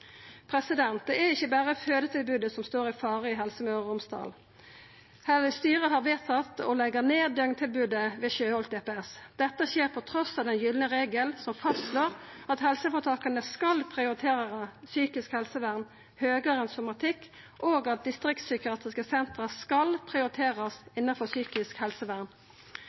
Det er ikkje berre fødetilbodet som står i fare i Helse Møre og Romsdal. Styret har vedtatt å leggja ned døgntilbodet ved DPS Sjøholt. Dette skjer trass i den gylne regelen som fastslår at helseføretaka skal prioritera psykisk helsevern høgare enn somatikk, og at distriktspsykiatriske senter skal prioriterast innanfor psykisk helsevern.